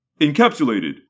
encapsulated